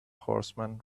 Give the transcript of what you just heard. horseman